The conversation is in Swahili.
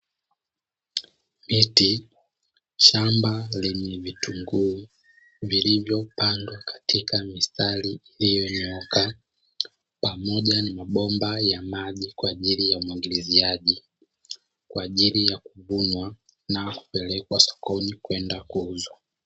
Miti, shamba lenye vitunguu, vilivyopandwa katika mistari iliyonyooka, pamoja na mabomba ya maji kwa ajili ya umwagiliziaji, kwa ajili ya kuvunwa na kwenda kupelekwa sokoni kwenda kuuzwa.